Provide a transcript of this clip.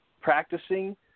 practicing